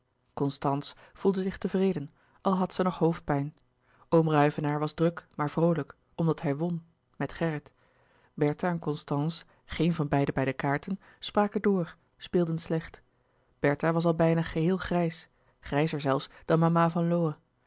constance voelde zich tevreden al had zij nog hoofdpijn oom ruyvenaer was druk maar vroolijk omdat hij won met gerrit bertha en constance geen van beiden bij de kaarten spraken door speelden slecht bertha was al bijna geheel grijs grijzer zelfs dan mama van lowe